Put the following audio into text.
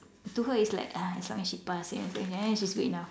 to her is ah as long as she pass so in the end she's good enough